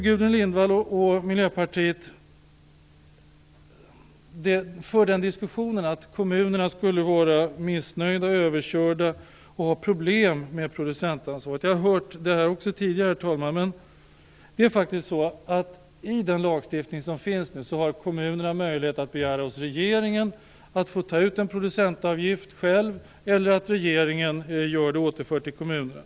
Gudrun Lindvall och Miljöpartiet för här en diskussion om att kommunerna skulle vara missnöjda, överkörda och ha problem med producentansvaret. Jag har hört det tidigare. Men enligt den lagstiftning som finns har kommunerna möjlighet att begära hos regeringen att få ta ut en producentavgift själv eller att regeringen gör det och återför medlen till kommunerna.